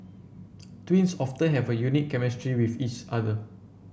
twins often have a unique chemistry with each other